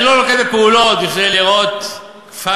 אני לא נוקט פעולות כדי להיראות funny,